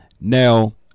Now